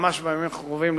ממש בימים הקרובים,